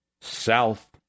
south